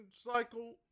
cycle